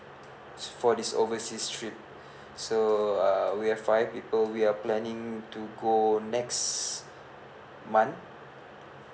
for this overseas trip so uh we have five people we are planning to go next month